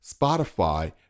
Spotify